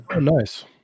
nice